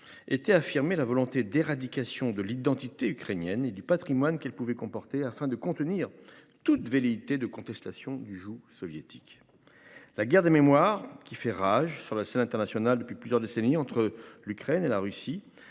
étaient affirmé la volonté d'éradication de l'identité ukrainienne et du Patrimoine qu'pouvait comporter afin de contenir toute velléité de contestation du joug soviétique. La guerre des mémoires qui fait rage sur la scène internationale depuis plusieurs décennies entre l'Ukraine et la Russie